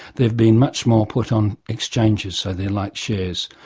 they've been much more put on exchanges, so they're like shares.